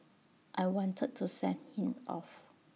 I wanted to send him off